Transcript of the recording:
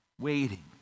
waiting